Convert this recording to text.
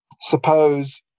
suppose